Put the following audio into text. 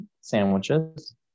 sandwiches